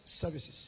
services